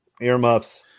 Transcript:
Earmuffs